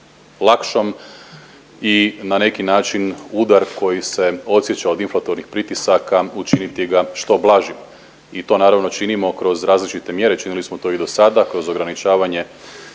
i na neki način udar koji se osjeća od inflatornih pritisaka učiniti ga što blažim i to naravno činimo kroz različite mjere, činili smo to i dosada kroz ograničavanje